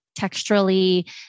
texturally